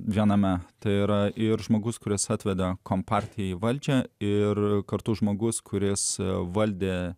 viename tai yra ir žmogus kuris atveda kompartiją į valdžią ir kartu žmogus kuris valdė